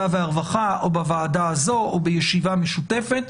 והרווחה או בוועדה הזו או בישיבה משותפת.